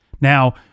Now